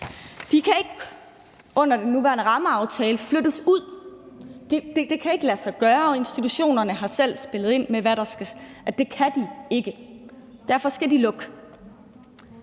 De kan ikke under den nuværende rammeaftale flyttes ud – det kan ikke lade sig gøre – og institutionerne har selv spillet ind med, at det kan de ikke. Derfor skal de lukke.